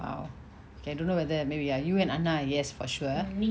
!wow! okay I don't know whether maybe you and அண்ணா:anna yes for sure